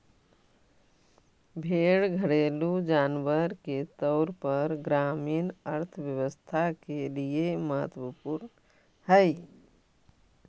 भेंड़ घरेलू जानवर के तौर पर ग्रामीण अर्थव्यवस्था के लिए महत्त्वपूर्ण हई